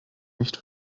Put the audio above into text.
nicht